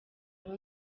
aho